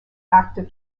actor